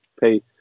pay